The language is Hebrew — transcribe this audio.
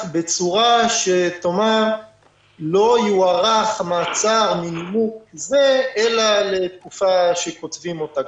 בצורה שתאמר שלא יוארך מעצר מנימוק זה אלא לתקופה שקוצבים אותה,